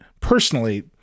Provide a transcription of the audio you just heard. personally